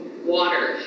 water